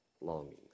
longings